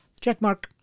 Checkmark